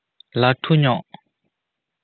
ᱞᱟᱹᱴᱷᱩ ᱧᱚᱜ